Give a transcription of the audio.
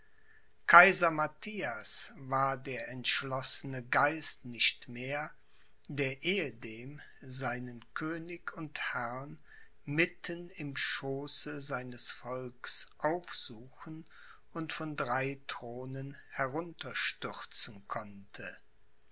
kaiser matthias war der entschlossene geist nicht mehr der ehedem seinen könig und herrn mitten im schooße seines volks aufsuchen und von drei thronen herunterstürzen konnte